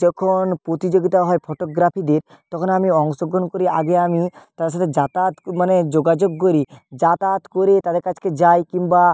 যখন প্রতিযোগিতা হয় ফটোগ্রাফিদের তখন আমি অংশগ্রহণ করি আগে আমি তার সাথে যাতায়াত মানে যোগাযোগ করি যাতায়াত করে তাদের কাছকে যাই কিংবা